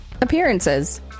appearances